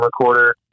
recorder